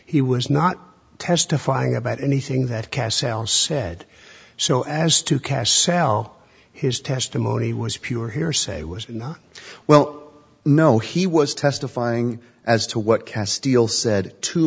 he was not testifying about anything that castle said so as to cast cell his testimony was pure hearsay was not well no he was testifying as to what castiel said t